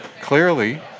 clearly